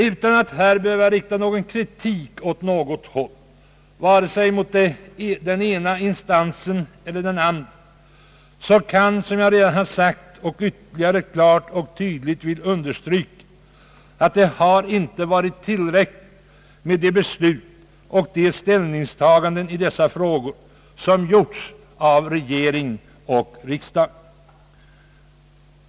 Utan att behöva rikta kritik åt något håll, vare sig mot den ena instansen eller den andra, kan jag framhålla, som jag redan har sagt och ytterligare klart och tydligt vill understryka, att det inte har varit tillräckligt med de beslut och de ställningstaganden i dessa frågor som gjorts av regering och riksdag.